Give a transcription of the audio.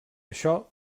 això